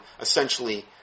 essentially